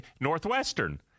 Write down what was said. Northwestern